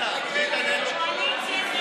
לא מבקשת